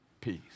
peace